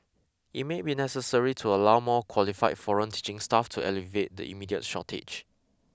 it may be necessary to allow more qualified foreign teaching staff to alleviate the immediate shortage